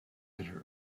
bitter